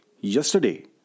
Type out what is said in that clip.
Yesterday